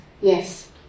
Yes